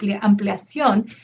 ampliación